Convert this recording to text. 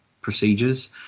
procedures